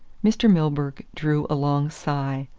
mr. milburgh drew a long sigh.